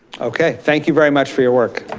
okay, thank you very much for your work.